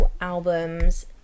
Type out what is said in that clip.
albums